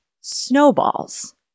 snowballs